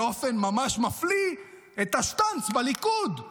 באופן ממש מפליא, את השטנץ בליכוד,